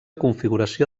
configuració